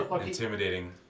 Intimidating